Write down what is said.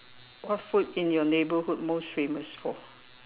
what food in your neighbourhood most famous for